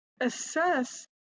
assess